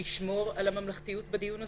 לשמור על הממלכתיות בדיון הזה.